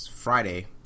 friday